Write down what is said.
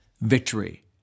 victory